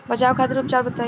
बचाव खातिर उपचार बताई?